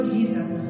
Jesus